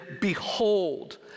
behold